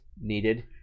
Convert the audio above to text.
needed